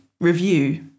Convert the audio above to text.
review